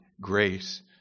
grace